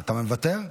אתה מוותר?